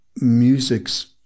music's